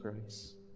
christ